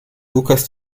lukas